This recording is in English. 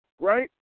right